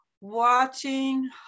watching